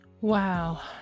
wow